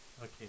Okay